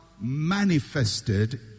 manifested